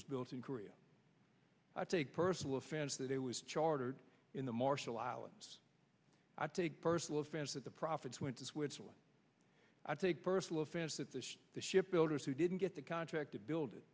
was built in korea i take personal offense that it was chartered in the marshall islands i take personal offense that the profits went to switzerland i take personal offense that the shipbuilders who didn't get the contract to build it